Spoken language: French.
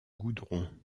goudron